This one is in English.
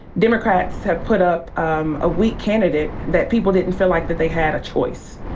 democrats have put up um a weak candidate that people didn't feel like that they had a choice.